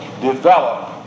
develop